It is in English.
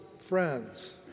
friends